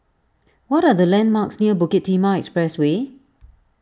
what are the landmarks near Bukit Timah Expressway